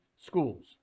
schools